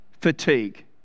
fatigue